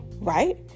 right